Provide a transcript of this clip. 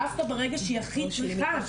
דווקא ברגע שהיא הכי צריכה,